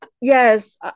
Yes